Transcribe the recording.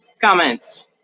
comments